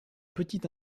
petite